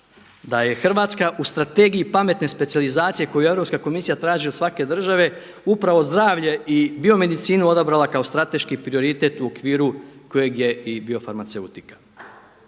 da je Hrvatska u Strategiji pametne specijalizacija koju Europska komisija traži od svake države, upravo zdravlje i biomedicinu odabrala kao strateški prioritet u okviru kojeg je i bio farmaceutika.